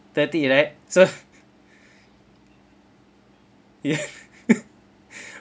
thirty right so